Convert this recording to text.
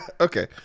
Okay